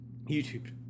YouTube